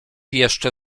jeszcze